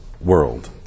world